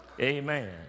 Amen